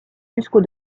jusqu’au